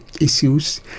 issues